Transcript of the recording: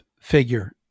figure